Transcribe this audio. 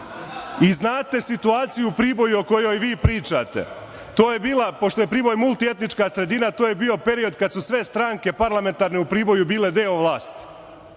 i znate situaciju u Priboju o kojoj vi pričate. To je bila, pošto je Priboj multietnička sredina i to je bio period kada su sve stranke parlamentarne u Priboju bile deo vlasti.